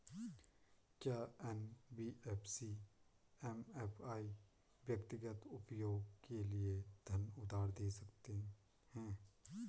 क्या NBFC MFI व्यक्तिगत उपयोग के लिए धन उधार दें सकते हैं?